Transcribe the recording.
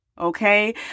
okay